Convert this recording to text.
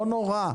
לא נורא,